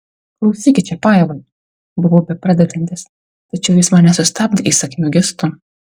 klausykit čiapajevai buvau bepradedantis tačiau jis mane sustabdė įsakmiu gestu